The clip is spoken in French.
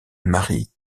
marie